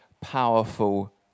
powerful